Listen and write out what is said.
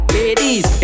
Ladies